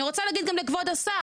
אני רוצה להגיד גם לכבוד השר,